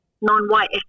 non-white